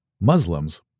Muslims